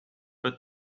but